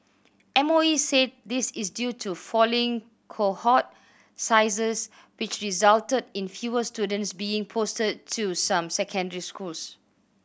M O E said this is due to falling cohort sizes which resulted in fewer students being posted to some secondary schools